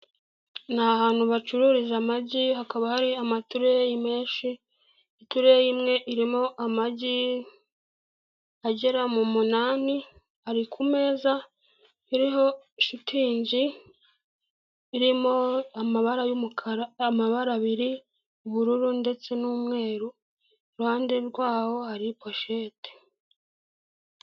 N'ahantu bacururiza amagi, hakaba hari amatureyi menshi itureyi imwe irimo amagi agera mu munani ari ku meza iriho shitingi irimo amabara abiri ubururu ndetse n'umweru iruhande rwaho hari poshete.